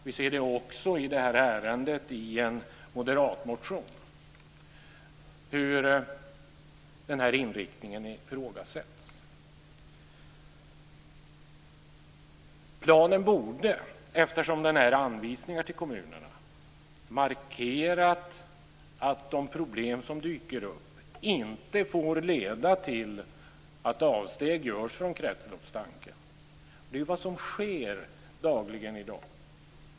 Vi ser också i en moderatmotion i det här ärendet hur den här inriktningen ifrågasätts. Planen borde, eftersom den är anvisningar till kommunerna, markera att de problem som dyker upp inte får leda till att avsteg görs från kretsloppstanken. Det är vad som sker dagligen.